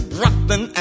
Brooklyn